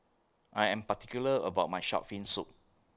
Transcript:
I Am particular about My Shark's Fin Soup